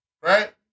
Right